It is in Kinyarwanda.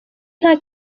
nta